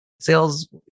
Sales